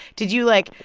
did you, like,